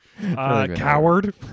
Coward